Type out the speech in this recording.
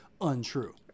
untrue